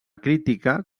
crítica